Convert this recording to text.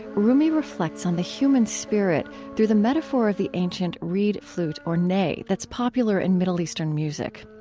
rumi reflects on the human spirit through the metaphor of the ancient reed flute or ney that's popular in middle eastern music.